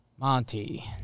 Monty